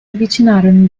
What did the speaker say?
avvicinarono